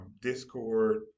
Discord